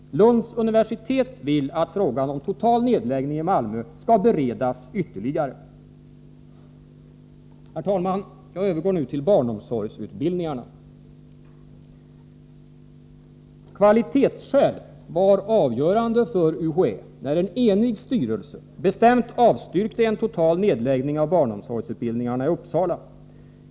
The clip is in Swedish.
Lunds universitet vill att frågan om total nedläggning i Malmö skall beredas ytterligare. Herr talman! Jag övergår nu till barnomsorgsutbildningarna. Kvalitetsskäl var avgörande för UHÄ, när en enig styrelse bestämt avstyrkte en total nedläggning av barnomsorgsutbildningarna i Uppsala.